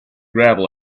gravel